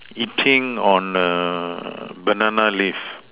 eating on a banana leaf